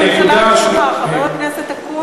חבר הכנסת אקוניס?